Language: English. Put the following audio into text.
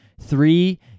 Three